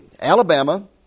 Alabama